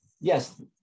yes